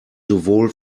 sowohl